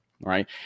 right